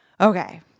Okay